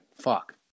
Fuck